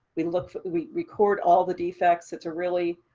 we look at. we record all the defects, it's a really